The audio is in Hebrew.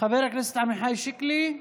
חבר הכנסת עמיחי שיקלי,